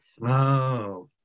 Wow